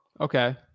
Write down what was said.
Okay